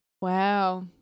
Wow